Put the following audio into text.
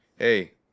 Hey